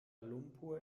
lumpur